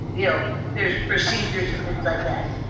yeah there's procedures and things like that.